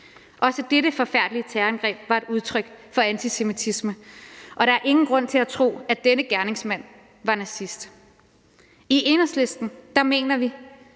Også dette forfærdelige terrorangreb var et udtryk for antisemitisme – og der er ingen grund til at tro, at denne gerningsmand var nazist. I Enhedslisten mener vi,